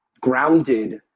grounded